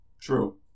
true